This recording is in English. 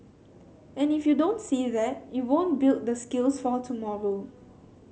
and if you don't see that you won't build the skills for tomorrow